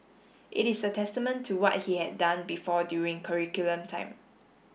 it is a testament to what he had done before during curriculum time